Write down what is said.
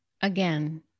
Again